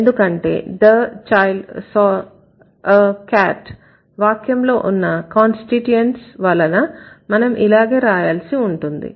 ఎందుకంటే The child saw a cat వాక్యంలో ఉన్న కాన్స్టిట్యూయెంట్స్ వలన మనం ఇలాగే రాయాల్సి ఉంటుంది